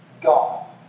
Gone